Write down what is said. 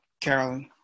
Carolyn